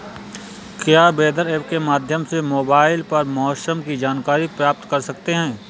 weather app के माध्यम से मोबाइल पर मौसम की जानकारी प्राप्त कर सकते हैं